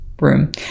room